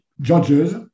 judges